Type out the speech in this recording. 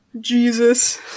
Jesus